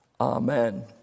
Amen